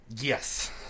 Yes